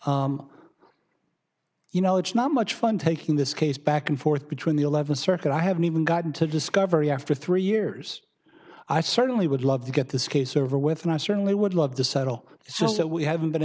settle you know it's now much fun taking this case back and forth between the eleventh circuit i haven't even gotten to discovery after three years i certainly would love to get this case over with and i certainly would love to settle so we haven't been